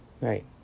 Right